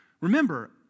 Remember